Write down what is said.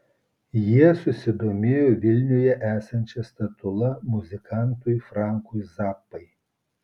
jie susidomėjo vilniuje esančia statula muzikantui frankui zappai